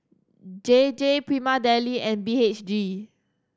J J Prima Deli and B H G